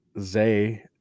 Zay